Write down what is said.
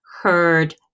heard